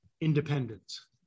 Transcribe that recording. independence